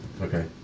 Okay